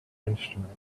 instrument